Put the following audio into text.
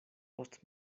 post